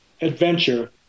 adventure